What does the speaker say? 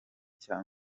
cya